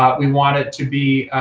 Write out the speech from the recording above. but we want it to be